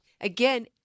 Again